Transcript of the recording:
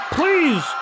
please